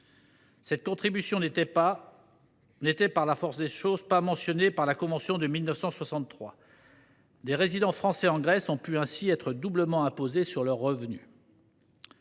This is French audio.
Cette contribution n’était, par la force des choses, pas mentionnée par la convention de 1963. Des résidents français en Grèce ont ainsi pu être doublement imposés sur leurs revenus.